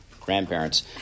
grandparents